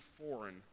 foreign